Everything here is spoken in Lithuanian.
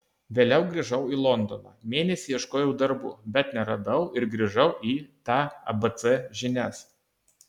vėliau grįžau į londoną mėnesį ieškojau darbų bet neradau ir grįžau į tą abc žinias